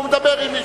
הוא מדבר עם מישהו,